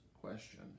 question